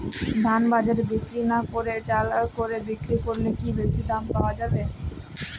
ধান বাজারে বিক্রি না করে চাল কলে বিক্রি করলে কি বেশী দাম পাওয়া যাবে?